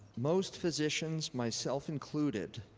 most physicians, myself included,